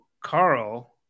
Carl